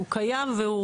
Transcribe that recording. שהוא קיים.